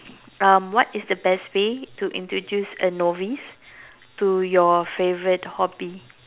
um what is the best way to introduce a novice to your favourite hobby